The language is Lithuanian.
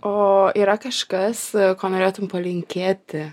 o yra kažkas ko norėtum palinkėti